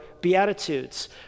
Beatitudes